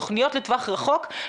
תוכניות לטווח רחוק,